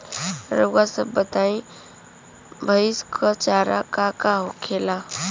रउआ सभ बताई भईस क चारा का का होखेला?